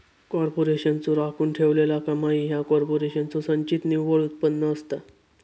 कॉर्पोरेशनचो राखून ठेवलेला कमाई ह्या कॉर्पोरेशनचो संचित निव्वळ उत्पन्न असता